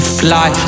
fly